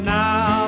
now